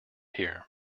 here